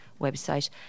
website